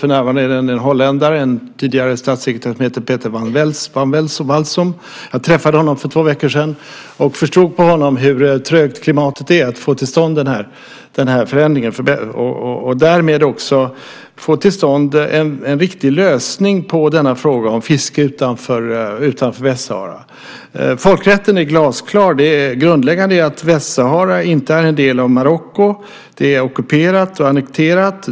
För närvarande är det en holländare, en tidigare statssekreterare som heter Peter van Walsum, som arbetar med detta. Jag träffade honom för två veckor sedan och förstod på honom hur trögt klimatet är för att få till stånd till den här förändringen och därmed också få till stånd en riktig lösning på denna fråga om fiske utanför Västsahara. Folkrätten är glasklar. Det grundläggande är att Västsahara inte är en del av Marocko. Det är ockuperat och annekterat.